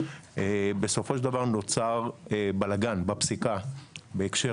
בסופו של דבר נוצר בלגן בפסיקה בהקשר